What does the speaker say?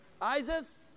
Isis